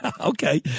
Okay